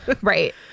Right